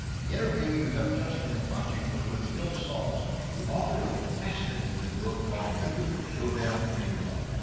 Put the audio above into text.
the interview you have just been watching was with bill salus the author of a fascinating new book called nuclear showdown in iran.